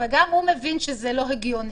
גם הוא מבין שזה לא הגיוני.